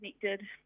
connected